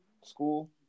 school